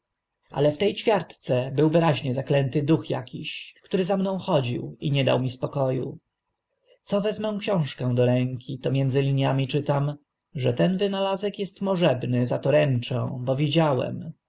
ale w te ćwiartce był wyraźnie zaklęty duch akiś który za mną chodził i nie dał mi spoko u co wezmę książkę do ręki to między liniami czytam że ten wynalazek est możebny za to ręczę bo widziałem